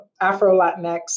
Afro-Latinx